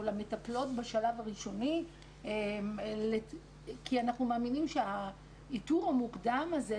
למטפלות בשלב הראשוני כי אנחנו מאמינים שהאיתור המוקדם הזה,